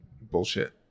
bullshit